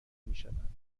میشوند